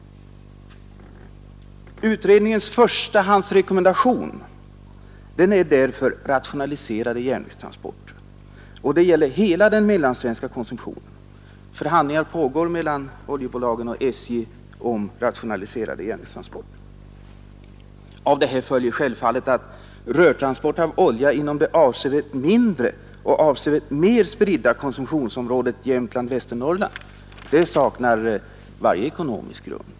Utredningens förstahandsrekommendation är därför rationaliserad järnvägstransport. Detta gäller hela den mellansvenska konsumtionen. Förhandlingar pågår mellan oljebolagen och SJ om rationaliserade järnvägstransporter. Av detta följer självfallet att rörtransport av olja inom det avsevärt mindre, och avsevärt mer spridda, konsumtionsområdet Jämtland—Västernorrland saknar varje ekonomisk grund.